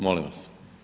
Molim vas.